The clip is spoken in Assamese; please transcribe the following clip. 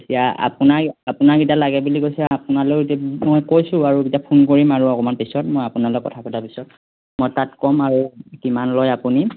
এতিয়া আপোনাক আপোনাক এতিয়া লাগে বুলি কৈছে আপোনালৈও এতিয়া মই কৈছোঁ আৰু এতিয়া ফোন কৰিম আৰু অকণমান পিছত মই আপোনাৰ লগত কথা পতাৰ পিছত মই তাত ক'ম আৰু কিমান লয় আপুনি